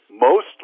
mostly